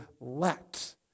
let